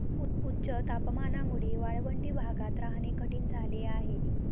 उच्च तापमानामुळे वाळवंटी भागात राहणे कठीण झाले आहे